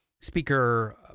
speaker